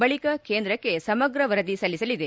ಬಳಿಕ ಕೇಂದ್ರಕ್ಕೆ ಸಮಗ್ರ ವರದಿ ಸಲ್ಲಿಸಲಿದೆ